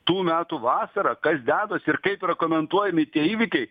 tų metų vasarą kas dedasi ir kaip yra komentuojami tie įvykiai